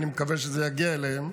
ואני מקווה שזה יגיע אליהם: